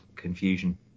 confusion